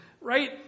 Right